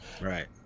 Right